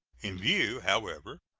in view, however,